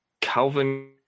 Calvin